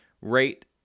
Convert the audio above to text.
rate